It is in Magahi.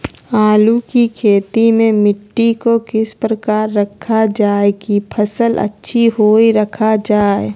आलू की खेती में मिट्टी को किस प्रकार रखा रखा जाए की फसल अच्छी होई रखा जाए?